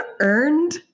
earned